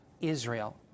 Israel